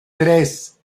tres